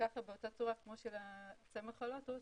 שככה באותה צורה כמו של צמח הלוטוס,